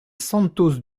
santos